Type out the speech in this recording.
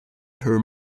her